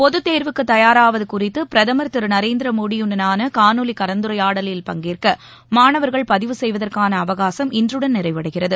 பொதுத்தேர்வுக்கு தயாராவது குறித்து பிரதமர் திரு நரேந்திர மோடியுடனான காணொலி கலந்துரையாடலில் பங்கேற்பதற்காக மாணவர்கள் பதிவு செய்வதற்கான அவகாசம் இன்றுடன் நிறைவடைகிறது